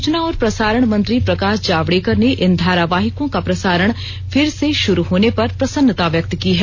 सूचना और प्रसारण मंत्री प्रकाश जावड़ेकर ने इन धारावाहिकों का प्रसारण फिर से शुरू होने पर प्रसन्नता व्यक्त की है